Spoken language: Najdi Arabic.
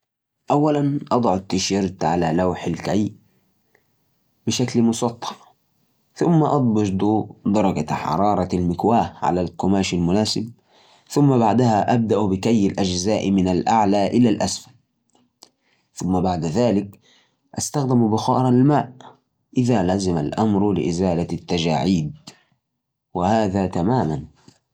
طبعاً عشان تكوي التيشيرت، أول شي حط الطاولة في مكان مستوي شغل المكواه وخليها تسخن بعدين إبدأ بكوي الأجزاء الكبيرة زي الظهر والأمام وامشي بحركات مستقيمة، لا تنسى تكوي الأكمام من الجانبين لو فيه تجاعيد صعبة رش شوية موية وبعد ما تخلص علقه على شماعة